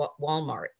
Walmart